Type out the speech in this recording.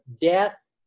death